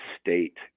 state